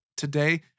today